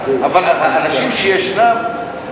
אבל האנשים שישנם,